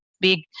big